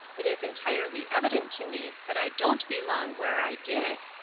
it is entirely evident to me that i don't belong where i did.